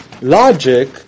logic